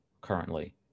currently